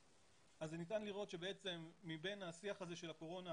ניתן לראות שמבין השיח הזה של הקורונה,